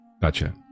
Gotcha